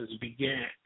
began